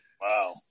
Wow